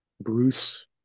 Bruce